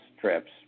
trips